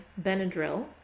Benadryl